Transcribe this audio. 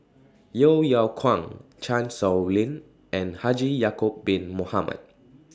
Yeo Yeow Kwang Chan Sow Lin and Haji Ya'Acob Bin Mohamed